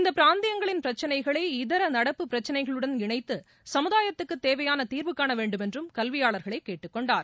இந்த பிராந்தியங்களின் பிரச்சனைகளை இதர நடப்பு பிரச்சனைகளுடன் இணைத்து சமுதாயத்துக்கு தேவையான தீர்வு காண வேண்டும் என்று கல்வியாளர்களை கேட்டுக்கொண்டார்